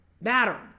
matter